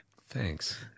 Thanks